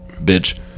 bitch